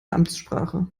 amtssprache